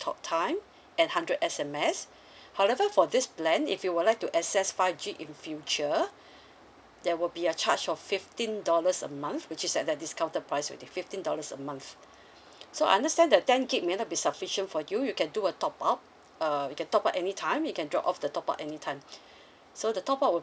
talk time and hundred S_M_S however for this plan if you would like to access five G in future there will be a charge of fifteen dollars a month which is at a discounted price already fifteen dollars a month so I understand that ten gig may not be sufficient for you you can do a top up uh you can top up any time you can drop off the top up any time so the top up will